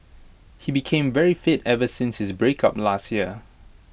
he became very fit ever since his breakup last year